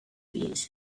years